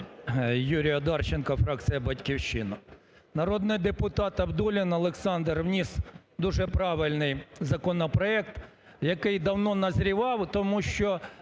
Юрій Одарченко, фракція "Батьківщина". Народний депутат Абдуллін Олександр вніс дуже правильний законопроект, який давно назрівав. Тому що